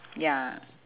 ya